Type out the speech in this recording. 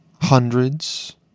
hundreds